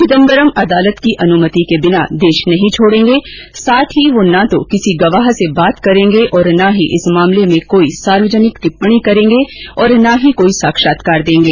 चिदम्बरम अदालत की अनुमति के बिना देश नहीं छोड़ेंगे साथ ही वह ना तो किसी गवाह से बात करेंगे ना ही इस मामले में कोई सार्वजनिक टिप्पणी करेंगे और ना कोई साक्षात्कार देंगे